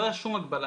לא הייתה שום הגבלה,